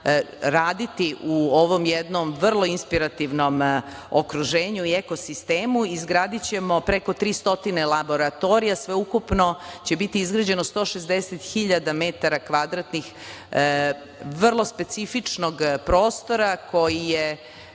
raditi u ovom jednom vrlo inspirativnom okruženju i ekosistemu. Izgradićemo preko 300 laboratorija. Sve ukupno će biti izgrađeno 160 hiljada metara kvadratnih vrlo specifičnog prostora koji će